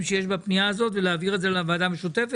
שיש בפנייה הזאת ולהעביר את זה לוועדה המשותפת?